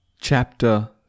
Chapter